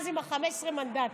אז עם 15 המנדטים,